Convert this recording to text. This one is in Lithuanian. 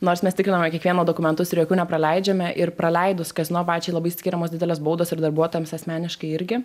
nors mes tikrinome kiekvieno dokumentus ir jokių nepraleidžiame ir praleidus kazino pačiai labai skiriamos didelės baudos ir darbuotojams asmeniškai irgi